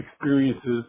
experiences